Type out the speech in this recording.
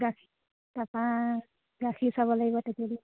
গাখীৰ তাৰপৰা গাখীৰ চাব লাগিব টেকেলি